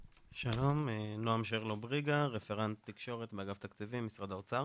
שלום, אני רפרנט תקשורת באגף תקציבים, משרד האוצר.